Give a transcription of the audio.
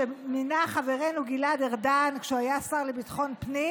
שמינה חברנו גלעד ארדן כשהוא היה שר לביטחון פנים,